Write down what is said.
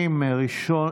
אדוני,